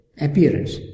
appearance